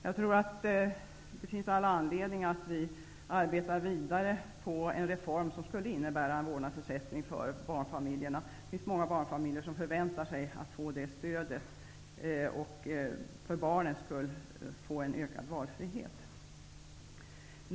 Jag tror att det finns all anledning att arbeta vidare på en reform som skulle innebära vårdnadsersättning för barnfamiljerna. Många barnfamiljer förväntar sig att få det stödet och för barnens skull få en ökad valfrihet.